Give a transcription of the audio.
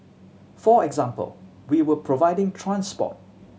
for example we were providing transport